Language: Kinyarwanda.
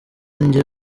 njye